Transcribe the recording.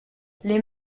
les